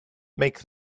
make